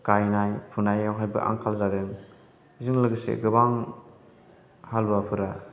गायनाय फुनायावहाय आंखाल जादों बेजों लोगोसे गोबां हालुवाफोरा